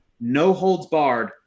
no-holds-barred